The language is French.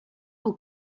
aux